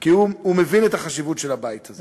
כי הוא מבין את החשיבות של הבית הזה.